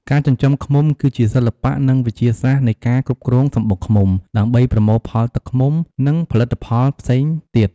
ការចិញ្ចឹមឃ្មុំ គឺជាសិល្បៈ និងវិទ្យាសាស្ត្រនៃការគ្រប់គ្រងសំបុកឃ្មុំ ដើម្បីប្រមូលផលទឹកឃ្មុំ និងផលិតផលផ្សេងទៀត។